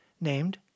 named